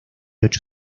ocho